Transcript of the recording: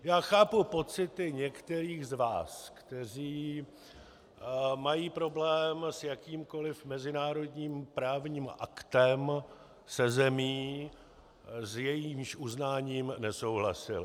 Já chápu pocity některých z vás, kteří mají problém s jakýmkoliv mezinárodním právním aktem se zemí, s jejímž uznáním nesouhlasili.